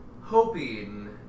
hoping